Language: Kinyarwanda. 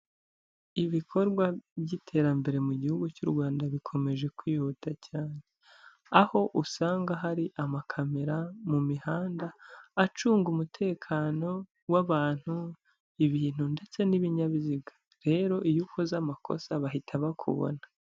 Ibikorwa by'iterambere mu gihugu cy'u Rwanda bikomeje kwihuta cyane, aho usanga hari amakamera mu mihanda, acunga umutekano w'abantu ibintu ndetse n'ibinyabiziga, rero iyo ukoze amakosa bahita bakubona.